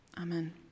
Amen